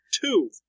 two